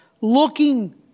looking